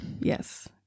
Yes